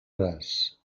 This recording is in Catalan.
braç